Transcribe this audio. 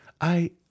I